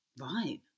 right